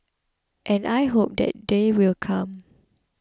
and I hope that day will come